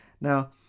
Now